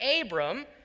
Abram